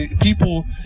people